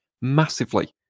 massively